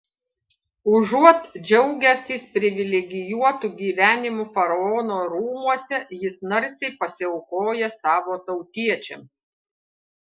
užuot džiaugęsis privilegijuotu gyvenimu faraono rūmuose jis narsiai pasiaukoja savo tautiečiams